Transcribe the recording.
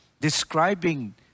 describing